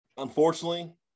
unfortunately